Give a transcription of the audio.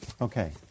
Okay